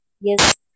Yes